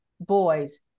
boys